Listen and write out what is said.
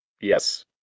Yes